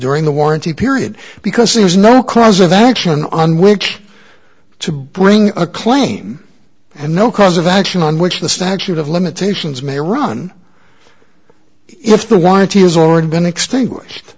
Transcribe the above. during the warranty period because there is no cause of action on which to bring a claim and no cause of action on which the statute of limitations may run if the warranty has already been extinguished